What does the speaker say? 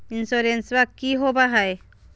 इंसोरेंसबा की होंबई हय?